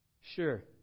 Sure